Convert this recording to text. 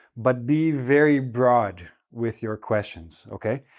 but be very broad with your questions, okay?